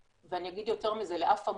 ואני אגיד יותר מזה, לאף עמותה,